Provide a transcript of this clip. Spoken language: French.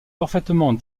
parfaitement